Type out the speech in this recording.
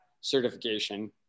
certification